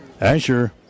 Asher